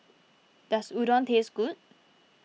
does Udon taste good